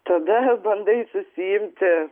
tada bandai susiimti